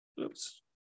Oops